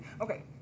Okay